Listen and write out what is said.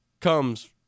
Comes